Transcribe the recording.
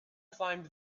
climbed